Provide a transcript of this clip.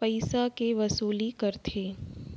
पइसाके वसूली करथे